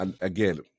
again